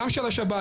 גם של השב"כ,